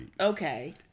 Okay